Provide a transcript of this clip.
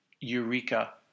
Eureka